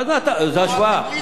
זה השוואה.